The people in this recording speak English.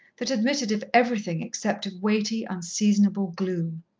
that admitted of everything except of weighty, unseasonable gloom.